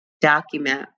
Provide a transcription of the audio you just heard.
document